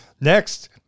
Next